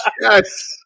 Yes